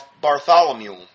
Bartholomew